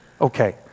Okay